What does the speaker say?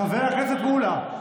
חבר הכנסת מולא,